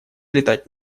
летать